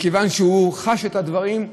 מכיוון שהוא חש את הדברים,